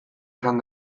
izan